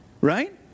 right